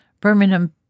Birmingham